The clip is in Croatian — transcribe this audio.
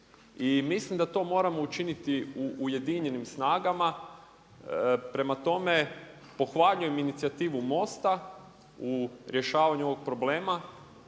mislim da to moramo učiniti ujedinjenim snagama. Prema tome, pohvaljujem inicijativu MOST-a u rješavanju ovog problema,